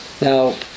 Now